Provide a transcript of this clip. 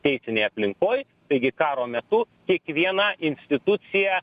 teisinėj aplinkoj taigi karo metu kiekviena institucija